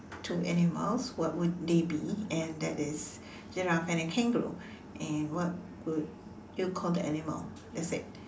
two animals what would they be and that is giraffe and a kangaroo and what would you call the animal that's it